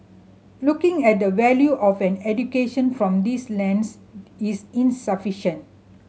looking at the value of an education from this lens is insufficient